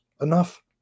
enough